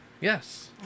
Yes